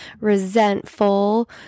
resentful